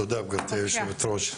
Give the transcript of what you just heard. תודה גברתי היו"ר,